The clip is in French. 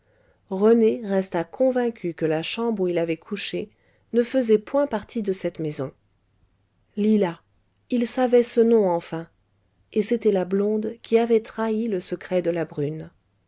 rené resta convaincu que la chambre où il avait couché ne faisait point partie de cette maison lila il savait ce nom enfin et c'était la blonde qui avait trahi le secret de la brune